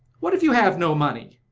what if you have no money?